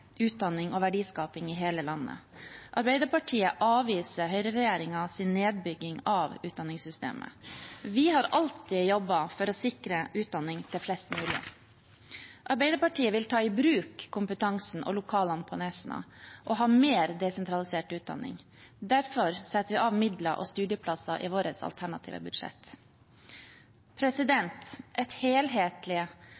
utdanning og verdiskaping i hele landet. Arbeiderpartiet avviser høyreregjeringens nedbygging av utdanningssystemet. Vi har alltid jobbet for å sikre utdanning til flest mulig. Arbeiderpartiet vil ta i bruk kompetansen og lokalene på Nesna og ha mer desentralisert utdanning. Derfor setter vi av midler og studieplasser i vårt alternative budsjett.